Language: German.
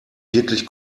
wirklich